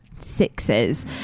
sixes